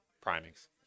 primings